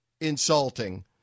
insulting